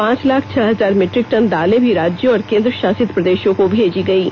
पांच लाख छह हजार मीट्रिक टन दालें भी राज्यों और केन्द्र शासित प्रदेशों को भेजी गईं